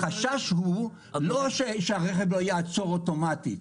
-- החשש הוא לא שהרכב לא יעצור אוטומטית,